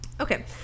Okay